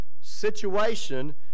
situation